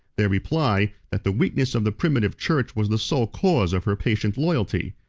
they reply, that the weakness of the primitive church was the sole cause of her patient loyalty.